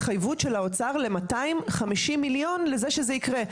התחייבות של האוצר למאתיים חמישים למיליון לזה שזה יקרה.